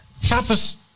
Tapas